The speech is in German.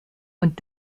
und